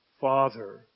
father